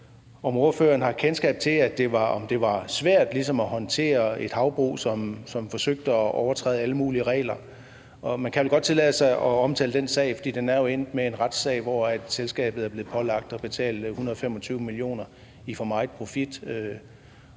om ordføreren har kendskab til, om det var svært ligesom at håndtere et havbrug, som forsøgte at overtræde alle mulige regler. Og man kan vel godt tillade sig at omtale den sag, for det er jo endt med en retssag, hvor selskabet er blevet pålagt at betale 125 mio. kr. i for meget profit.